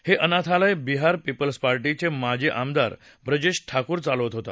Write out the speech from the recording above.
हे अनाथालय बिहार पीपल्स पार्टीचा माजी आमदार ब्रजेश ठाकूर चालवत होता